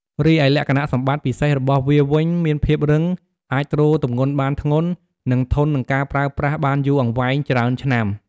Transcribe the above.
រីឯលក្ខណៈសម្បត្តិពិសេសរបស់វាវិញ មានភាពរឹង អាចទ្រទម្ងន់បានធ្ងន់ និងធន់នឹងការប្រើប្រាស់បានយូរអង្វែង ច្រើនឆ្នាំ។